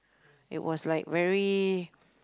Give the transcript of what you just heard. it was like very